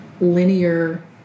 linear